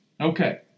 Okay